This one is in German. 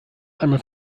einmal